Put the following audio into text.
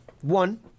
one